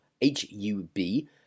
H-U-B